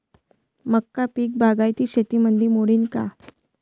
मका पीक बागायती शेतीमंदी मोडीन का?